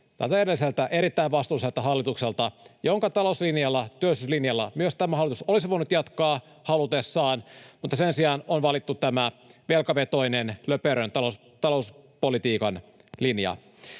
edelliseltä, erittäin vastuulliselta hallitukselta, jonka talouslinjalla ja työllisyyslinjalla myös tämä hallitus olisi voinut jatkaa halutessaan, mutta sen sijaan on valittu tämä velkavetoinen löperön talouspolitiikan linja.